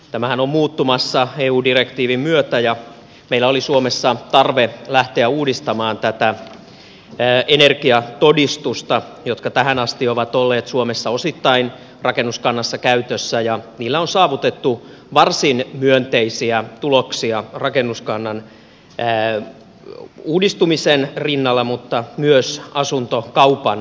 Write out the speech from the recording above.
tämähän on muuttumassa eu direktiivin myötä ja meillä oli suomessa tarve lähteä uudistamaan näitä energiatodistuksia jotka tähän asti ovat olleet suomessa osittain rakennuskannassa käytössä ja niillä on saavutettu varsin myönteisiä tuloksia rakennuskannan uudistumisen rinnalla mutta myös asuntokaupan yhteydessä